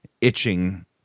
itching